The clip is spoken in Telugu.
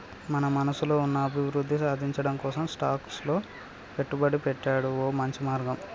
మన మనసులో ఉన్న అభివృద్ధి సాధించటం కోసం స్టాక్స్ లో పెట్టుబడి పెట్టాడు ఓ మంచి మార్గం